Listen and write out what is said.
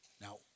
Now